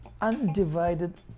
undivided